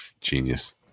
genius